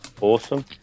Awesome